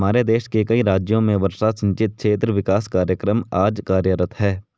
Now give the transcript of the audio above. हमारे देश के कई राज्यों में वर्षा सिंचित क्षेत्र विकास कार्यक्रम आज कार्यरत है